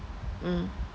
mm